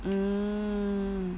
mm